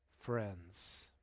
friends